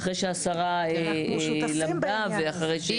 אחרי שהשרה למדה, ואחרי ששירות המדינה.